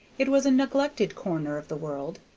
it was a neglected corner of the world,